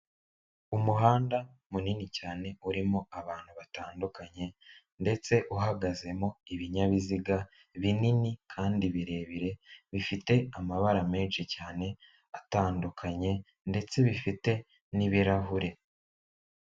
Umuhanda munini cyane urimo abantu batandukanye, ndetse uhagazemo ibinyabiziga binini kandi birebire, bifite amabara menshi cyane atandukanye, ndetse bifite n'ibirahure.